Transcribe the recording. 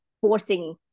forcing